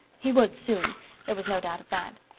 he would soon there was no doubt of that.